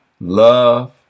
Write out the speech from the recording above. Love